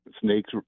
snakes